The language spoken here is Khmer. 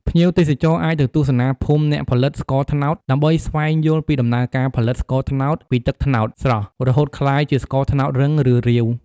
ភ្ញៀវទេសចរណ៍អាចទៅទស្សនាភូមិអ្នកផលិតស្ករត្នោត ដើម្បីស្វែងយល់ពីដំណើរការផលិតស្ករត្នោតពីទឹកត្នោតស្រស់ រហូតក្លាយជាស្ករត្នោតរឹង ឬរាវ។